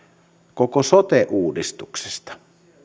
koko sote uudistuksesta